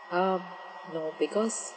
um no because